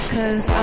Cause